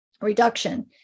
reduction